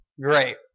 great